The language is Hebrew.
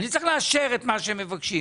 אני צריך לאשר את מה שהם מבקשים,